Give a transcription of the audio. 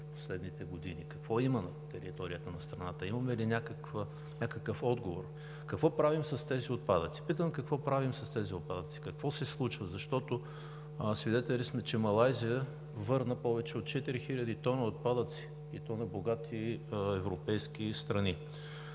последните години? Какво имаме на територията на страната? Имаме ли някакъв отговор? Какво правим с тези отпадъци? Питам: какво правим с тези отпадъци? Какво се случва? Свидетели сме, че Малайзия върна повече от 4 хил. тона отпадъци, и то на богати европейски страни.